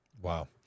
Wow